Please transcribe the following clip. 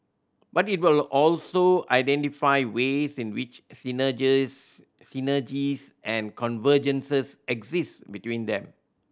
but it will also identify ways in which synergies and convergences exist between them